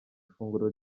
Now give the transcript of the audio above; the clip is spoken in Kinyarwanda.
ifunguro